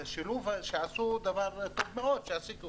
זה שילוב שהיה טוב מאוד כאשר העסיקו